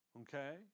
Okay